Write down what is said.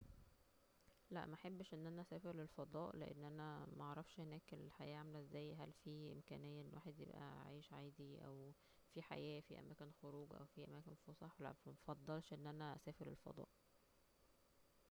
لا محبش أن أنا اسافر الفضاء لأن أنا معرفش هناك الحياة عاملة ازاي هل في إمكانية ان الواحد يبقا عايش عادي او في حياة في أماكن خروج او في أماكن فسح لا مفضلش أن أنا اسافر الفضاء